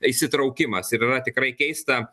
įsitraukimas ir yra tikrai keista